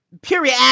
Period